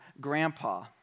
grandpa